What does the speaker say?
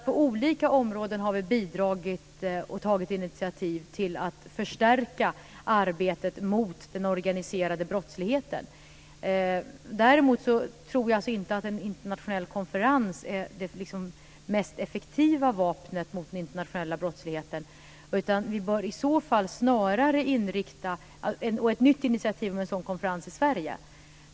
På olika områden har vi alltså bidragit och tagit initiativ till att förstärka arbetet mot den organiserade brottsligheten. Däremot tror jag alltså inte att en internationell konferens och ett nytt initiativ om en sådan konferens i Sverige är det mest effektiva vapnet mot den internationella brottsligheten.